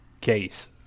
case